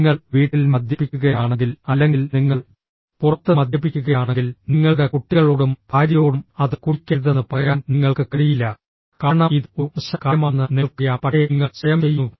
നിങ്ങൾ വീട്ടിൽ മദ്യപിക്കുകയാണെങ്കിൽ അല്ലെങ്കിൽ നിങ്ങൾ പുറത്ത് മദ്യപിക്കുകയാണെങ്കിൽ നിങ്ങളുടെ കുട്ടികളോടും ഭാര്യയോടും അത് കുടിക്കരുതെന്ന് പറയാൻ നിങ്ങൾക്ക് കഴിയില്ല കാരണം ഇത് ഒരു മോശം കാര്യമാണെന്ന് നിങ്ങൾക്കറിയാം പക്ഷേ നിങ്ങൾ സ്വയം ചെയ്യുന്നു